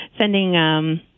sending